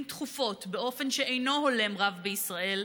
תכופות באופן שאינו הולם רב בישראל,